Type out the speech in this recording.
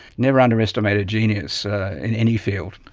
never underestimate a genius in any field.